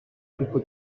people